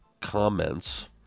comments